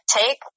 take